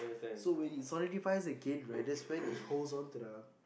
so when it solidifies again right that's when it holds on to the